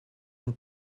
und